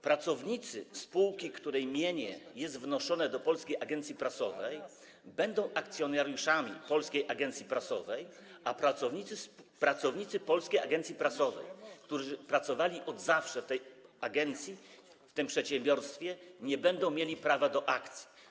Pracownicy spółki, której mienie jest wnoszone do Polskiej Agencji Prasowej, będą akcjonariuszami Polskiej Agencji Prasowej, a pracownicy Polskiej Agencji Prasowej, którzy pracowali od zawsze w tej agencji, w tym przedsiębiorstwie, nie będą mieli prawa do akcji.